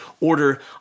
order